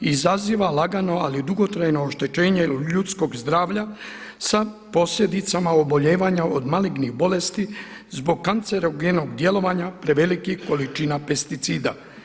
Izaziva lagano ali dugotrajno oštećenje ljudskog zdravlja sa posljedicama obolijevanja od malignih bolesti zbog kancerogenog djelovanja prevelikih količina pesticida.